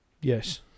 Yes